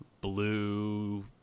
blue